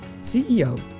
CEO